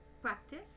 Practice